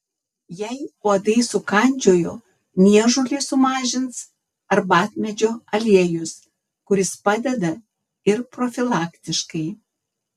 jei uodai sukandžiojo niežulį sumažins arbatmedžio aliejus kuris padeda ir profilaktiškai